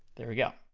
there we go,